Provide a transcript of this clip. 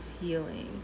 healing